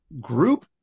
group